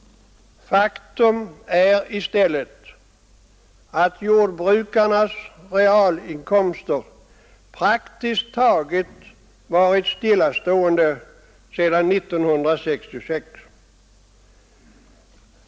Faktum är i stället att jordbrukarnas realinkomster praktiskt taget varit stillastående sedan 1966.